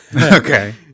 Okay